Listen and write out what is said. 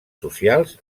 socials